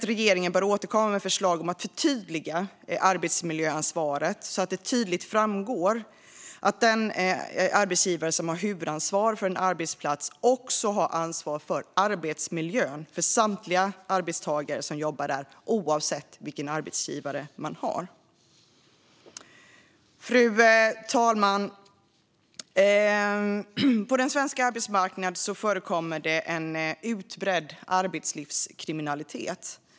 Regeringen bör återkomma med ett förslag om att förtydliga arbetsmiljöansvaret så att det tydligt framgår att den arbetsgivare som har huvudansvar för en arbetsplats också har ansvar för arbetsmiljön för samtliga arbetstagare som jobbar där, oavsett vilken arbetsgivare de har. Fru talman! På den svenska arbetsmarknaden förekommer en utbredd arbetslivskriminalitet.